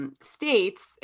states